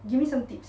give me some tips